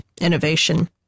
innovation